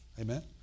Amen